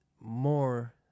more